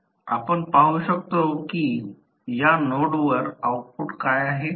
आपण पाहू शकतो की या नोडवर आउटपुट काय आहे